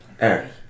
Eric